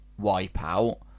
wipeout